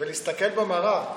להסתכל במראה.